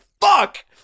fuck